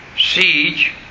siege